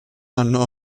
hanno